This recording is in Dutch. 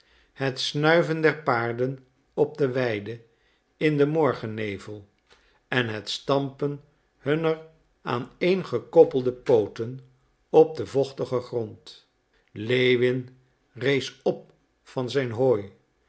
het snuiven der paarden op de weide in den morgennevel en het stampen hunner aaneengekoppelde pooten op den vochtigen grond lewin rees op van zijn hooi